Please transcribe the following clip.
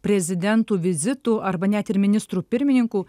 prezidentų vizitų arba net ir ministrų pirmininkų